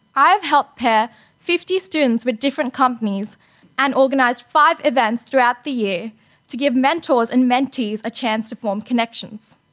i have helped pair fifty students with different companies and organised five events throughout the year to give mentors and mentees a chance to form connections.